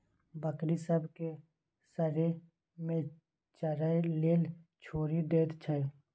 बकरी सब केँ सरेह मे चरय लेल छोड़ि दैत छै